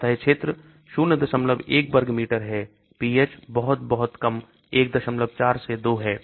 सतह क्षेत्र 01 वर्ग मीटर है pH बहुत बहुत कम 14 से 2 है